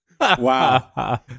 Wow